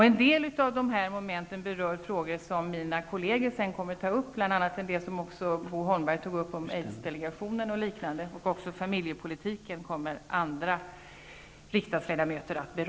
En del av dessa moment berör frågor som mina kolleger senare kommer att ta upp, bl.a. en del som Bo Holmberg tog upp om Aids-delegationen och liknande. Också familjepolitiken kommer att beröras av andra riksdagsledamöter.